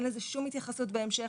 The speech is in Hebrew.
אין לזה שום התייחסות בהמשך,